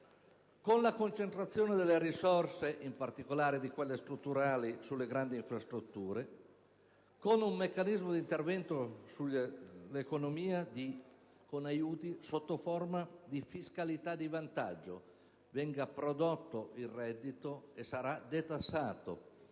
con la concentrazione delle risorse, in particolare quelle strutturali, sulle grandi infrastrutture; con un meccanismo di intervento sull'economia basato su aiuti sotto forma di fiscalità di vantaggio (venga prodotto il reddito e sarà detassato),